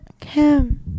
kim